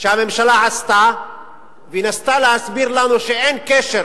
שהממשלה עשתה וניסתה להסביר לנו שאין קשר